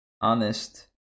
honest